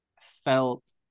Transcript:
felt